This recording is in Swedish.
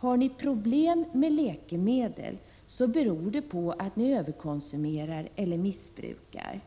Har ni problem med läkemedel så beror det på att ni överkonsumerar eller missbrukar.